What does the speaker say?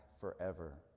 forever